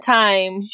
time